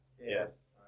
Yes